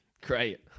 Great